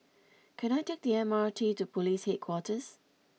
can I take the M R T to Police Headquarters